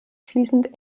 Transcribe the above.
fließend